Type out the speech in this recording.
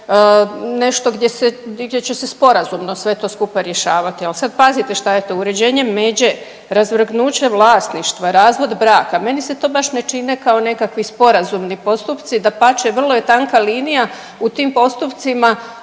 nešto gdje se, di će se sporazumno sve to skupa rješavati, al sad pazite šta je to, uređenje međe, razvrgnuće vlasništva, razvod braka, meni se to baš ne čine kao nekakvi sporazumni postupci, dapače vrlo je tanka linija u tim postupcima